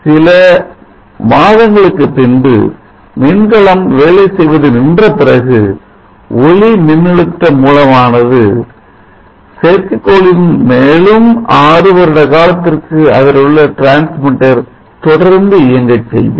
சில மாதங்களுக்குப் பின்பு மின்கலம் வேலை செய்வது நின்றபிறகு ஒளி மின்னழுத்த மூலமானது செயற்கைக்கோளின் மேலும் ஆறு வருட காலத்திற்கு அதிலுள்ள டிரான்ஸ்மிட்டர் தொடர்ந்து இயக்க செய்யும்